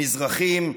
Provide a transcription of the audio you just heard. מזרחים,